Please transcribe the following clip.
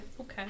Okay